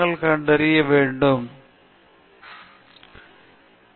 பின்னர் B அணி இது மீண்டும் அளவுருக்கள் மதிப்பீடு மற்றும் குறிப்பிட்ட வடிவத்தில் கொடுக்கப்பட்டது